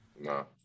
No